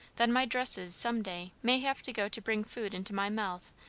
then my dresses some day may have to go to bring food into my mouth,